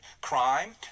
Crime